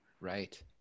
Right